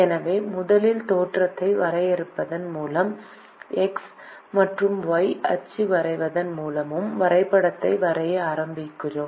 எனவே முதலில் தோற்றத்தை வரையறுப்பதன் மூலமும் எக்ஸ் மற்றும் ஒய் அச்சு வரைவதன் மூலமும் வரைபடத்தை வரைய ஆரம்பிக்கிறோம்